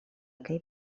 aquell